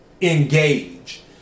engage